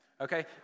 Okay